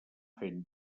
fent